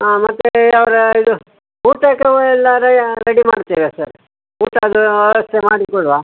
ಹಾಂ ಮತ್ತು ಅವರ ಇದು ಊಟಕ್ಕೆ ಅವೆಲ್ಲ ರೆಡಿ ಮಾಡ್ತೀವಿ ಸರ್ ಊಟದ ವ್ಯವಸ್ಥೆ ಮಾಡಿ ಕೊಡುವ